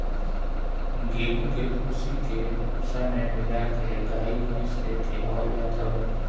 गेंहू के भूसी के भूसा में मिला के गाई भाईस के खियावल जात हवे